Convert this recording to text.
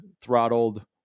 throttled